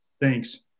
Thanks